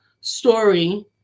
story